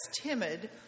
timid